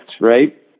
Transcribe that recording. right